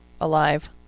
alive